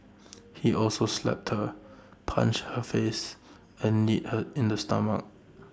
he also slapped her punched her face and kneed her in the stomach